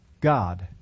God